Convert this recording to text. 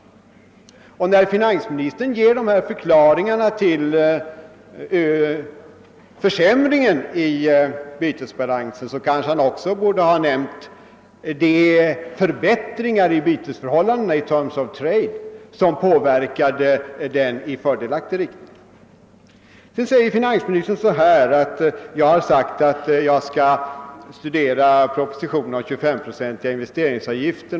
När finansministern ger dessa förklaringar till försämringen i bytesbalansen, borde han kanske också nämna de förbättringar i terms of trade som påverkat den i fördelaktig riktning. Finansministern tar sedan upp att jag sagt, att jag skall studera propositionen om den 25-procentiga investeringsavgiften.